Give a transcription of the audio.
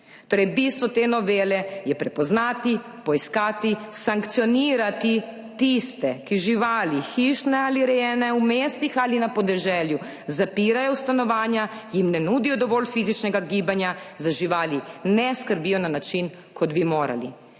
bistvo te novele je prepoznati, poiskati, sankcionirati tiste, ki živali, hišne ali rejene v mestih ali na podeželju zapirajo v stanovanja, jim ne nudijo dovolj fizičnega gibanja, za živali ne skrbijo na način, kot bi morali.